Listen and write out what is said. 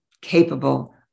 capable